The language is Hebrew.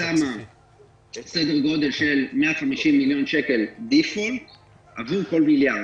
שמה סדר גודל של 150 מיליון שקלים default עבור כל מיליארד.